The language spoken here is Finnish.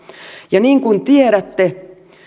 ja niin kuin tiedätte